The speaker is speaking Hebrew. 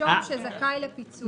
"נישום שזכאי לפיצוי".